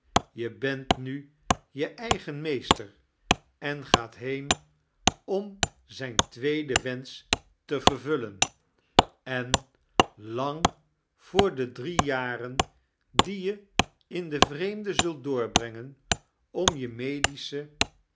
je bent nu je eigen meester en gaat been om zijn tweeden weinsch te veirvullen en lang voor de drie janen die je in dein vreemde zult doorbrengen om je